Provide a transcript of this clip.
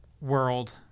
world